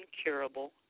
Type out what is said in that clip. incurable